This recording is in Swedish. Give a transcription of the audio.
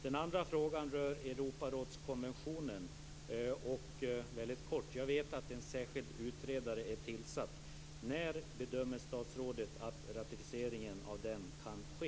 Den andra frågan rör Europarådskonventionen, där jag vet att en särskild utredare är tillsatt: När bedömer statsrådet att ratificeringen av den kan ske?